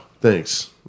thanks